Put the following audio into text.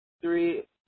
three